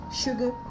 sugar